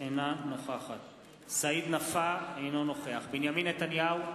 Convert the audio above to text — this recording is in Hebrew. אינה נוכחת סעיד נפאע, אינו נוכח בנימין נתניהו,